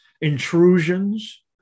Intrusions